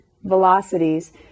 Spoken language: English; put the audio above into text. velocities